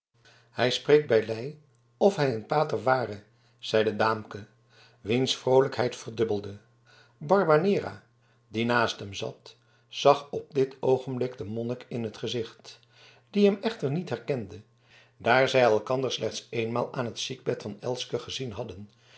hij spreekt bylo of hij een pater ware zeide daamke wiens vroolijkheid verdubbelde barbanera die naast hem zat zag op dit oogenblik den monnik in t gezicht die hem echter niet herkende daar zij elkander slechts eenmaal aan het ziekbed van elske gezien hadden